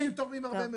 --- תורמים הרבה מאוד.